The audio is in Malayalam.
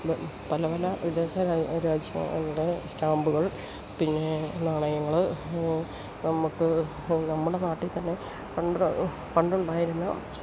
പല പല വിദേശ രാജ്യങ്ങളുടെ സ്റ്റാമ്പുകൾ പിന്നെ നാണയങ്ങള് നമുക്ക് നമ്മുടെ നാട്ടിൽ തന്നെ പണ്ടുണ്ടായിരുന്ന